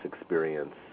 experience